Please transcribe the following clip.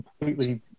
completely